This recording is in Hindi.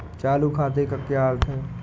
चालू खाते का क्या अर्थ है?